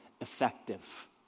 effective